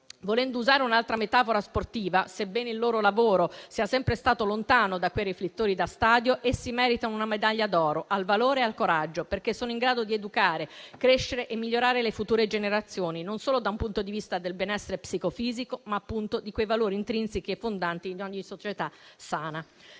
Volendo usare un'altra metafora sportiva, sebbene il loro lavoro sia sempre stato lontano da quei riflettori da stadio, essi meritano una medaglia d'oro al valore e al coraggio, perché sono in grado di educare, crescere e migliorare le future generazioni dal punto di vista non solo del benessere psicofisico, ma appunto di quei valori intrinseci e fondanti di ogni società sana.